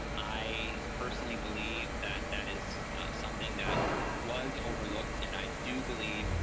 i personally believe that that is something that was overlooked, and i do believe,